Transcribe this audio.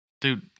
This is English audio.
Dude